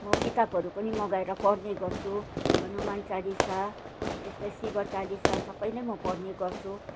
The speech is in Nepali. म किताबहरू पनि मगाएर पढने गर्छु हनुमान चालिसा यस्तो शिव चालिसा सबै नै म पढ्ने गर्छु